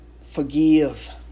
Forgive